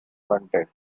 fronted